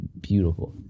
beautiful